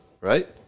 right